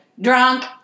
drunk